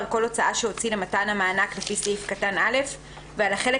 על כל הוצאה שהוציא למתן המענק לפי סעיף קטן (א) ועל החלק